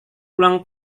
ulang